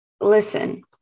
Listen